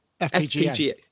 fpga